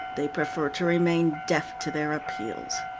they prefer to remain deaf to their appeals.